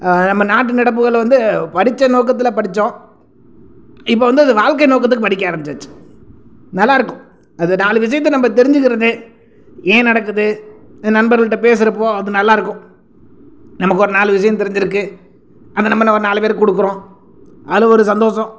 நம்ம நாட்டு நடப்புகள் வந்து பரிட்சை நோக்கத்தில் படிச்சோம் இப்போ வந்து அது வாழ்க்கை நோக்கத்துக்கு படிக்க ஆரம்பிச்சாச்சு நல்லாயிருக்கும் அது நாலு விஷயத்த நம்ம தெரிஞ்சிக்கிறது ஏன் நடக்குது நண்பர்கள்கிட்ட பேசுகிறப்போ அது நல்லாயிருக்கும் நமக்கு ஒரு நாலு விஷயம் தெரிஞ்சிருக்குது அதை நம்ம இன்னொரு நாலு பேருக்கு கொடுக்குறோம் அதில் ஒரு சந்தோஷம்